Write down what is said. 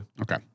Okay